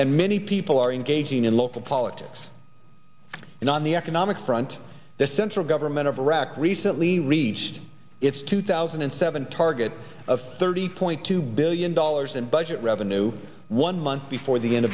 and many people are engaging in local politics and on the economic front the central government of iraq recently reached its two thousand and seven target of thirty point two billion dollars in budget revenue one month before the end